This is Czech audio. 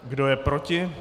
Kdo je proti?